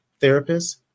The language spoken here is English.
therapists